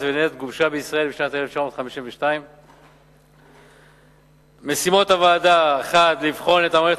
ונפט גובשה בישראל בשנת 1952. משימות הוועדה: 1. לבחון את המערכת